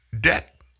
debt